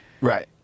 Right